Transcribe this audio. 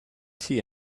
tea